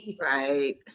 Right